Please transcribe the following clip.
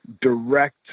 direct